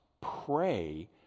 pray